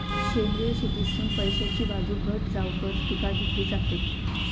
सेंद्रिय शेतीतसुन पैशाची बाजू घट जावकच पिका घेतली जातत